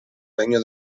regno